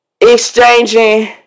exchanging